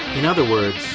in other words,